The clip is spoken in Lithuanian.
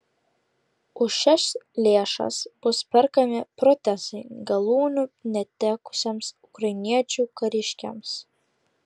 už šias lėšas bus perkami protezai galūnių netekusiems ukrainiečių kariškiams